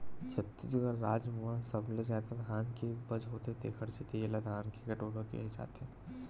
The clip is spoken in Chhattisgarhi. छत्तीसगढ़ राज म सबले जादा धान के उपज होथे तेखर सेती एला धान के कटोरा केहे जाथे